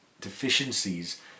deficiencies